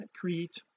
create